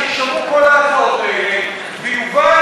אני מציע שיישמעו כל ההצעות האלה ותובא